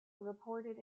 reported